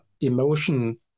emotion